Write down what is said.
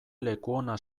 lekuona